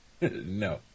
No